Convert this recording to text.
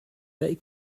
they